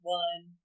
one